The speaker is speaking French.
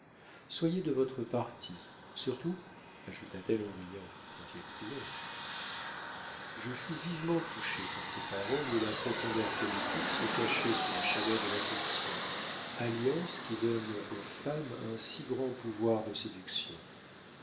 soyez de votre parti surtout ajouta-t-elle en riant quand il triomphe je fus vivement touché par ces paroles où la profondeur politique se cachait sous la chaleur de l'affection alliance qui donne aux femmes un si grand pouvoir de séduction